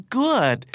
good